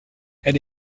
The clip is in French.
elle